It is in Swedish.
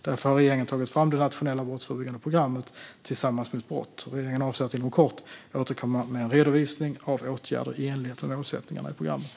Därför har regeringen tagit fram det nationella brottsförebyggande programmet, Tillsammans mot brott. Regeringen avser att inom kort återkomma med en redovisning av åtgärder i enlighet med målsättningarna i programmet.